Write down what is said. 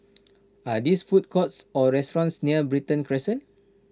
are these food courts or restaurants near Brighton Crescent